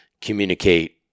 communicate